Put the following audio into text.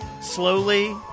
slowly